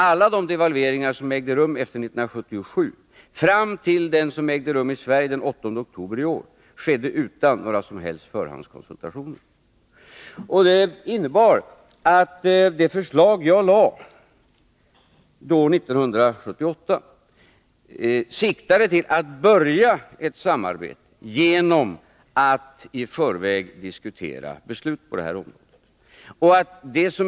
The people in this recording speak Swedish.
Alla de devalveringar som ägde rum efter 1977 och fram till den som ägde rum i Sverige den 8 oktober i år har skett utan några som helst förhandskonsultationer. Med det förslag som jag framlade 1978 inriktade jag mig på att börja ett samarbete genom att i förväg diskutera beslut på detta område.